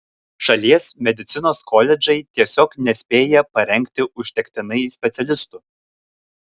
šalies medicinos koledžai tiesiog nespėja parengti užtektinai specialistų